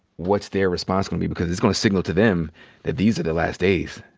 what's their response gonna be? because it's gonna signal to them that these are the last days.